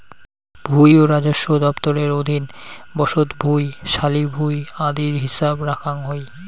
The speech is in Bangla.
ভুঁই ও রাজস্ব দফতরের অধীন বসত ভুঁই, শালি ভুঁই আদির হিছাব রাখাং হই